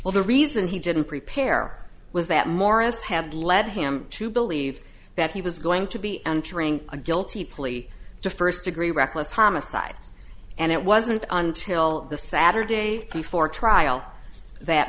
well the reason he didn't prepare was that morris had led him to believe that he was going to be entering a guilty plea to first degree reckless homicide and it wasn't until the saturday before trial that